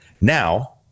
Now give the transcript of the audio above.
Now